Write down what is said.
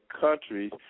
countries